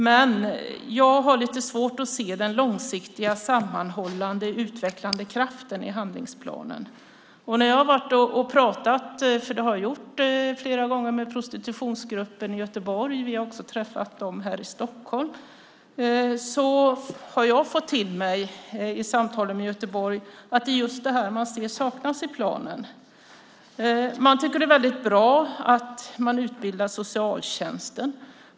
Men jag har lite svårt att se den långsiktiga, sammanhållande och utvecklande kraften i handlingsplanen. När jag flera gånger har talat med prostitutionsgruppen i Göteborg - vi har också träffat dem här i Stockholm - har jag fått höra att det är just detta som de ser saknas i planen. De tycker att det är väldigt bra att man utbildar socialtjänsten.